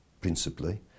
principally